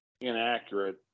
inaccurate